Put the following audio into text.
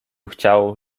chciał